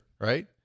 right